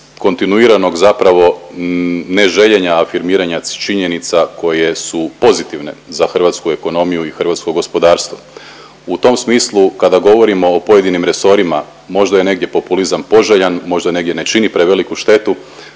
kontinuiranog zapravo ne željenja afirmiranja činjenica koje su pozitivne za hrvatsku ekonomiju i hrvatsko gospodarstvo. U tom smislu kada govorimo o pojedinim resorima možda je negdje populizam poželjan, možda negdje ne čini preveliku štetu,